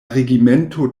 regimento